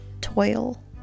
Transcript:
toil